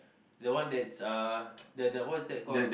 the one that's uh the the what's that called